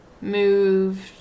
moved